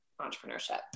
entrepreneurship